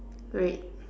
great